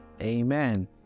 Amen